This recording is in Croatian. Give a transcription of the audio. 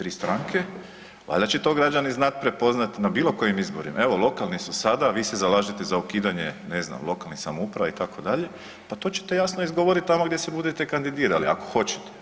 3 stranke, valjda će to građani znat prepoznat na bilokojim izborima, evo lokalni su sada a vi se zalažete za ukidanje ne znam, lokalnih samouprava itd., pa to ćete jasno izgovoriti tamo gdje se budete kandidirali ako hoćete.